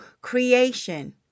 creation